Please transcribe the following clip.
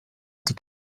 die